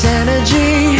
energy